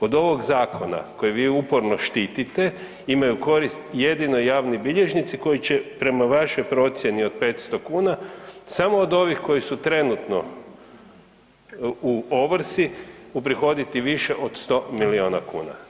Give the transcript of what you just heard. Od ovog zakona koji vi uporno štitite imaju korist jedino javni bilježnici koji će prema vašoj procjeni od 500 kuna samo od ovih koji su trenutno u ovrsi uprihoditi više od 100 miliona kuna.